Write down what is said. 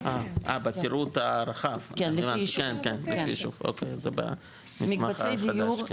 אה, בפירוט הערכה, הבנתי, אוקי, אז זה במסמך החדש.